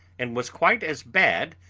and was quite as bad